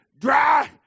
dry